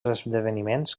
esdeveniments